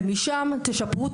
ומשם תשפרו,